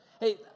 Hey